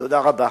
תודה רבה.